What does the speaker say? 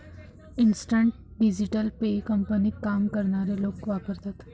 instant digital pay कंपनीत काम करणारे लोक वापरतात